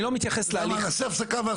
נעשה הפסקה ואז תמשיך.